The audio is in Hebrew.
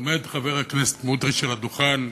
עומד חבר הכנסת סמוטריץ על הדוכן,